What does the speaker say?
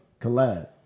Collab